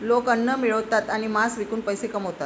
लोक अन्न मिळवतात आणि मांस विकून पैसे कमवतात